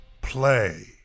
play